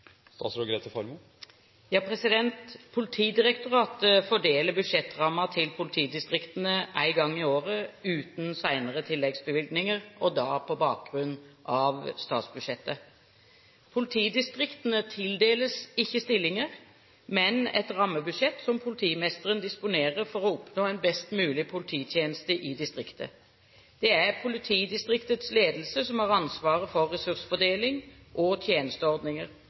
Politidirektoratet fordeler budsjettrammen til politidistriktene én gang i året uten senere tilleggsbevilgninger og da på bakgrunn av statsbudsjettet. Politidistriktene tildeles ikke stillinger, men et rammebudsjett som politimesteren disponerer for å oppnå en best mulig polititjeneste i distriktet. Det er politidistriktets ledelse som har ansvaret for ressursfordeling og tjenesteordninger,